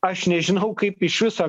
aš nežinau kaip iš viso